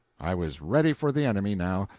i was ready for the enemy now.